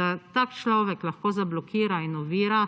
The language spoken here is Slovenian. da ta človek lahko zablokira in ovira